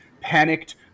panicked